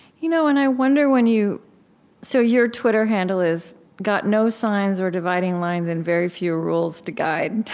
you know and i wonder when you so your twitter handle is got no signs or dividing lines and very few rules to guide.